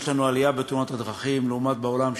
יש אצלנו עלייה בתאונות הדרכים לעומת העולם,